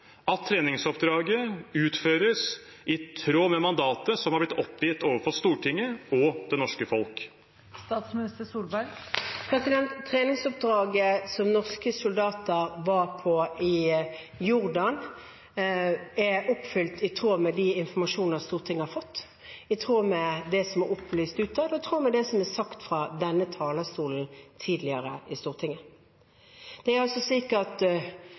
at treningsoppdraget utføres i tråd med mandatet som har blitt oppgitt overfor Stortinget og det norske folk? Treningsoppdraget som norske soldater var på i Jordan, er oppfylt i tråd med den informasjonen Stortinget har fått, i tråd med det som er opplyst utad, og i tråd med det som er sagt fra denne talerstolen tidligere i Stortinget. Det er altså